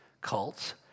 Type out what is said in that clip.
cults